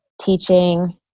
teaching